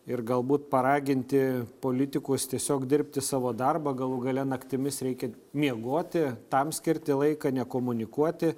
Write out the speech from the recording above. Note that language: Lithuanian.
ir galbūt paraginti politikus tiesiog dirbti savo darbą galų gale naktimis reikia miegoti tam skirti laiką nekomunikuoti